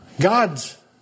God's